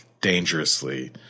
dangerously